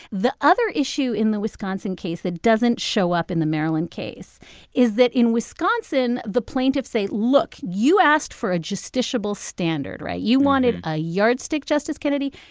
the other issue in the wisconsin case that doesn't show up in the maryland case is that in wisconsin, the plaintiffs say, look. you asked for a justiciable standard, right? you wanted a yardstick, justice kennedy.